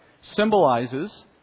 symbolizes